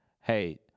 hey